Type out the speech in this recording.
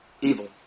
evil